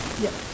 yup